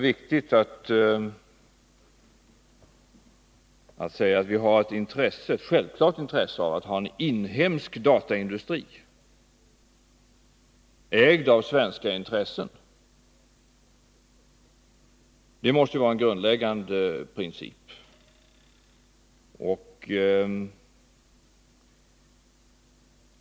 Vi har ett självklart intresse av att ha en inhemsk dataindustri, ägd av svenska intressen — det måste vara en grundläggande princip.